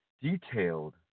detailed